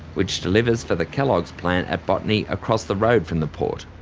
which delivers for the kelloggs plant at botany, across the road from the port.